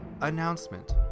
announcement